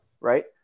Right